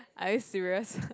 are you serious